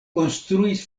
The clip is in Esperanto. konstruis